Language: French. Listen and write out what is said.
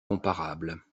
comparable